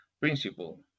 principle